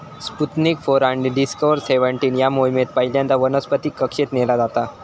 Sputnik four आणि discover seventeen या मोहिमेत पहिल्यांदा वनस्पतीक कक्षेत नेला जाता